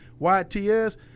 YTS